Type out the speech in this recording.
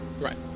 Right